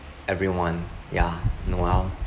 everyone ya noel